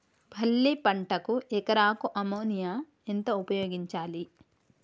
పల్లి పంటకు ఎకరాకు అమోనియా ఎంత ఉపయోగించాలి?